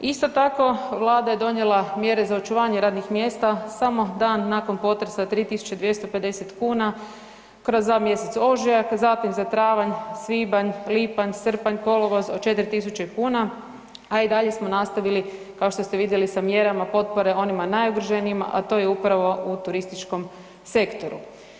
Isto tako Vlada je donijela mjere za očuvanje radnih mjesta samo dan nakon potresa 3.250 kuna kroz dva mjeseca ožujak, zatim za travanj, svibanj, lipanj, srpanj, kolovoz od 4.000 kuna, a i dalje smo nastavili kao što ste vidjeli sa mjerama potpore onima najugroženijima, a to je upravo u turističkom sektoru.